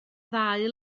ddau